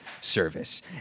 service